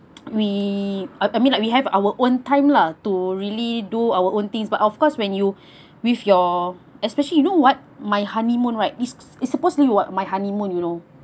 we I I mean like we have our own time lah to really do our own things but of course when you with your especially you know what my honeymoon right is supposed to be what my honeymoon you know